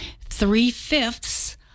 three-fifths